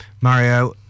Mario